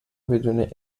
بدون